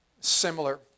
similar